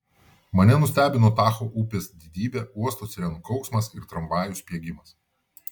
mane nustebino tacho upės didybė uosto sirenų kauksmas ir tramvajų spiegimas